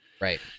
right